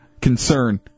concern